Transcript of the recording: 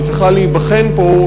שצריכה להיבחן פה,